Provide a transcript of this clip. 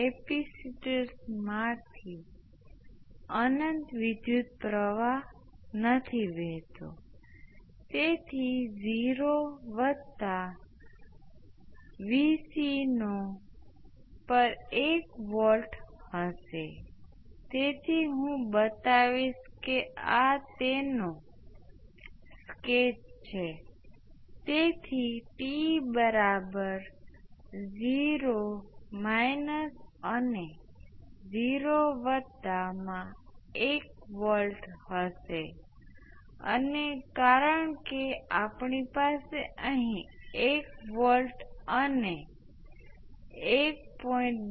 યાદ રાખો કે આ બધી ગણતરીઓ મૂલ્યવાન છે માત્ર સ્ટેપ આપ્યા પછી તરત જ ઇન્ડક્ટરના વિદ્યુત પ્રવાહ ની ગણતરી કરો તે પછી તરતજ અવરોધમાં નોંધપાત્ર વોલ્ટેજ હશે અને આપણે ત્યાંથી જવું પડશે